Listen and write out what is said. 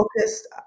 focused